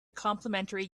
complementary